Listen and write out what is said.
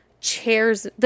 chairs